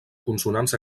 consonants